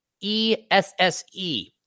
E-S-S-E